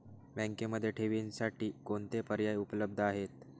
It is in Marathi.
बँकेमध्ये ठेवींसाठी कोणते पर्याय उपलब्ध आहेत?